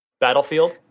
Battlefield